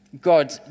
God